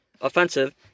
offensive